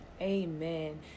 amen